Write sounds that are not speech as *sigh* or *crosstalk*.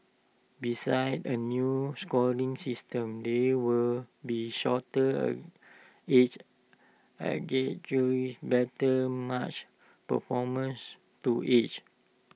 besides A new scoring system there will be shorter age *unintelligible* better match performance to age